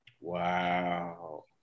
Wow